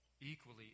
equally